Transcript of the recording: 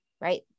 right